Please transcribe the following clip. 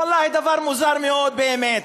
ואללה, דבר מוזר מאוד באמת.